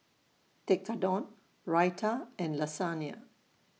Tekkadon Raita and Lasagna